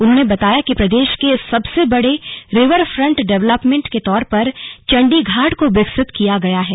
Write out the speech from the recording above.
उन्होंने बताया कि प्रदेश के सबसे बड़े रिवर फ्रंट डेवलेपमेंट के तौर पर चंडीघाट को विकसित किया गया है